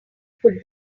put